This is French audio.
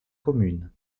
commune